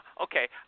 okay